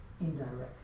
indirectly